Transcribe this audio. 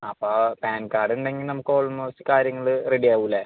അപ്പം പാൻ കാർഡൊണ്ടങ്കിൽ നമക്കോൾമോസ്റ്റ് കാര്യങ്ങൾ റെഡിയാവൂലേ